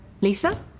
Lisa